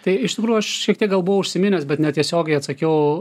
tai iš tikrųjų aš šiek tiek gal buvau užsiminęs bet netiesiogiai atsakiau